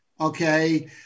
Okay